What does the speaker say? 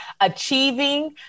achieving